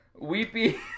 weepy